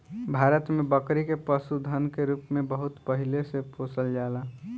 भारत में बकरी के पशुधन के रूप में बहुत पहिले से पोसल जाला